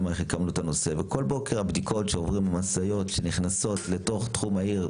כל בוקר הבדיקות שעוברים משאיות שנכנסות לתוך תחום העיר,